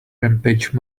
rampage